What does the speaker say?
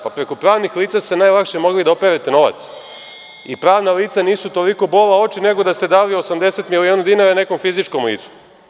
Pa, preko pravnih lica ste najlakše mogli da operete novac i pravna lica nisu toliko bola oči nego da ste dali 80 miliona dinara nekom fizičkom licu.